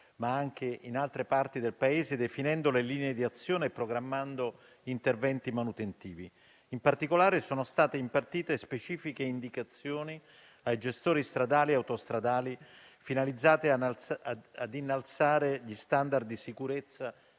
ma anche in altre parti del Paese, definendo le linee di azione e programmando interventi manutentivi. In particolare, sono state impartite specifiche indicazioni ai gestori stradali e autostradali, finalizzate a innalzare gli *standard* di sicurezza